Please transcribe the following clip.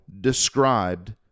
described